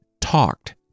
talked